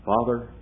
Father